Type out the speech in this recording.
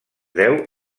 deu